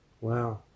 wow